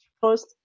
post